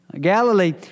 Galilee